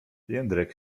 jędrek